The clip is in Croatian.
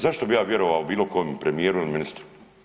Zašto bi ja vjerovao bilo kome, premijeru ili ministru?